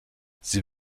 sie